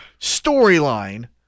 storyline